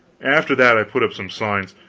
after that i put up some signs,